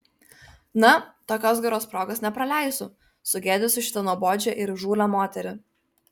na tokios geros progos nepraleisiu sugėdysiu šitą nuobodžią ir įžūlią moterį